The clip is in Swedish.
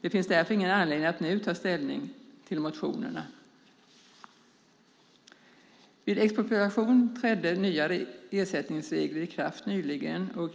Det finns därför ingen anledning att nu ta ställning till motionerna. Vid expropriation trädde nya ersättningsregler i kraft nyligen.